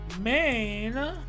main